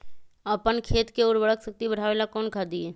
अपन खेत के उर्वरक शक्ति बढावेला कौन खाद दीये?